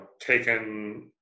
taken